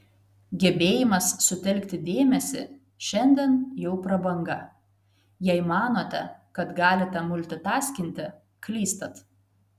gebėjimas sutelkti dėmesį šiandien jau prabanga jei manote kad galite multitaskinti klystat